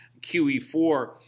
QE4